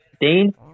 Dane